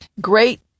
great